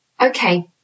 Okay